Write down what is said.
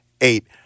eight